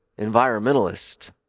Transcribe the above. environmentalist